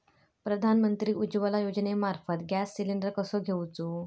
प्रधानमंत्री उज्वला योजनेमार्फत gas cylinder कसो घेऊचो?